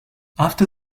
after